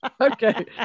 Okay